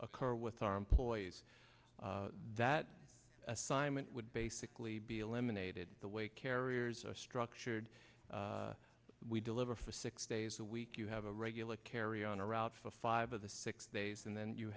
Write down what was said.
occur with our employees that assignment would basically be eliminated the way carriers are structured we deliver for six days a week you have a regular carry on route for five of the six days and then you